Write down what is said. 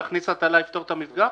להכניס הטלה יפתור את המפגע?